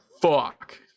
Fuck